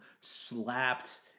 slapped